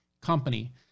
company